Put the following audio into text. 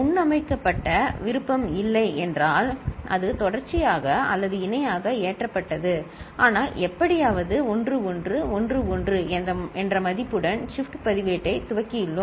முன்னமைக்கப்பட்ட விருப்பம் இல்லை என்றால் அது தொடர்ச்சியாக அல்லது இணையாக ஏற்றப்பட்டது ஆனால் எப்படியாவது 1 1 1 1 என்ற மதிப்புடன் ஷிப்ட் பதிவேட்டை துவக்கியுள்ளோம்